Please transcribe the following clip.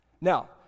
Now